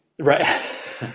Right